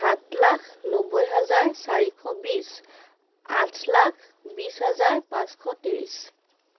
সাত লাখ নব্বৈ হাজাৰ চাৰিশ বিছ আঠ লাখ বিছ হাজাৰ পাঁচশ ত্ৰিছ